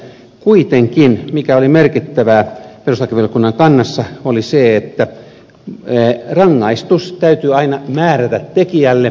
kuitenkin mikä oli merkittävää perustuslakivaliokunnan kannassa oli se että rangaistus täytyy aina määrätä tekijälle